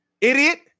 Idiot